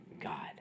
God